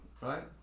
Right